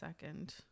second